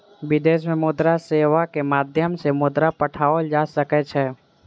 विदेश में मुद्रा सेवा के माध्यम सॅ मुद्रा पठाओल जा सकै छै